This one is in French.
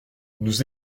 nous